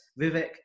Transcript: Vivek